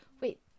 Wait